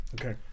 okay